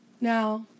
Now